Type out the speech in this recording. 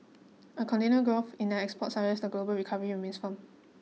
a continued growth in the exports suggest the global recovery remains firm